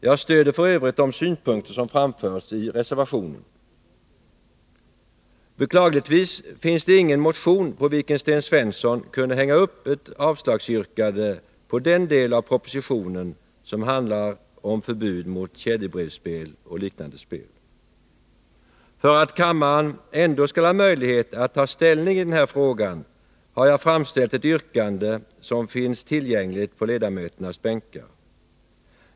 Jag stöder f. ö. de synpunkter som framförts i reservationen. Beklagligtvis finns det ingen motion på vilken Sten Svensson kunde hänga upp ett yrkande om avslag på den del av propositionen som handlar om förbud mot ”kedjebrevsspel och liknande spel”. För att kammaren ändå skall ha möjlighet att ta ställning i den här frågan har jag framställt ett yrkande som finns tillgängligt på ledamöternas bänkar.